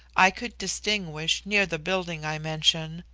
i could distinguish, near the building i mention,